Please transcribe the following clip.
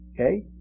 Okay